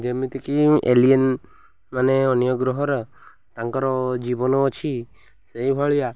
ଯେମିତିକି ଏଲିଏନ ମାନେ ଅନ୍ୟ ଗ୍ରହ ର ତାଙ୍କର ଜୀବନ ଅଛି ସେଇଭଳିଆ